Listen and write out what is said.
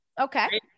Okay